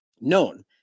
Known